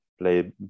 play